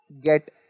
get